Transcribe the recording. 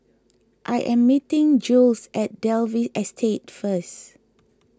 I am meeting Jules at Dalvey Estate first